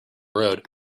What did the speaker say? road